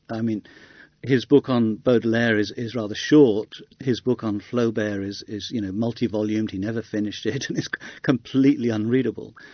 i mean his book on baudelaire is is rather short his book on flaubert is is you know multi-volumed, he never finished it, it's completely unreadable.